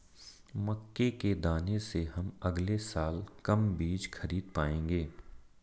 मक्के के दाने से हम अगले साल कम बीज खरीद पाएंगे